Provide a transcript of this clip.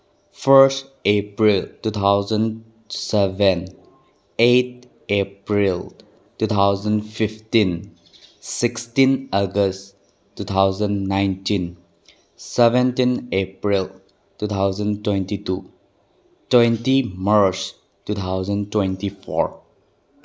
first April two thousand seven eight April two thousand fifteen sixteen August two thousand nineteen seventeen April two thousand twenty two twenty March two thousand twenty four